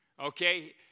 Okay